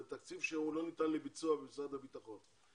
תקציב שהוא לא ניתן לביצוע במשרד הביטחון.